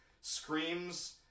screams